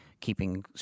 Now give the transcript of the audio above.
keeping